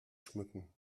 schmücken